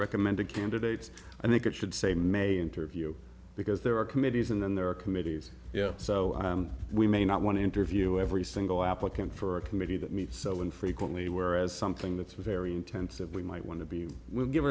recommended candidates i think it should say may interview because there are committees and then there are committees so we may not want to interview every single applicant for a committee that meets so infrequently whereas something that's very intensive we might want to be